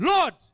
Lord